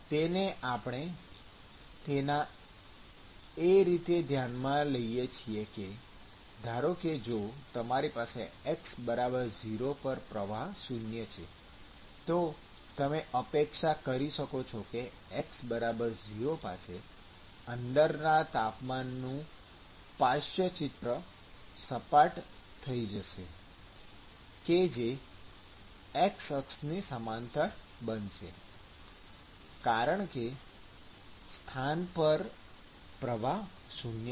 તેથી આપણે તેના એ રીતે ધ્યાનમાં છીએ કે ધારો કે જો તમારી પાસે x 0 પર પ્રવાહ શૂન્ય છે તો તમે અપેક્ષા કરી શકો છો કે x 0 પાસે અંદરના તાપમાન નું પાર્શ્વચિત્ર સપાટ થઈ જશે કે જે એક્સ અક્ષ ની સમાંતર બનશે કારણ કે સ્થાન પર પ્રવાહ શૂન્ય છે